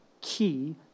key